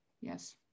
Yes